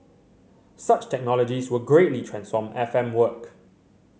such technologies will greatly transform F M work